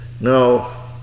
No